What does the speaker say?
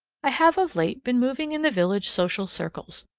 i have of late been moving in the village social circles,